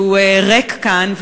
שהוא ריק כאן,